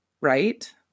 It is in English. right